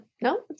No